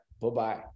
Bye-bye